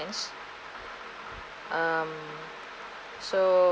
um so